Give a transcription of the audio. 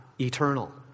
eternal